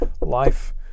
life